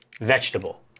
vegetable